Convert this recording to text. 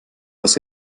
was